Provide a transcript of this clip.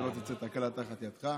שלא תצא תקלה תחת ידך.